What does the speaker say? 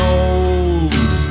old